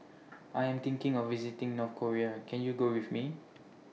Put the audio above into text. I Am thinking of visiting North Korea Can YOU Go with Me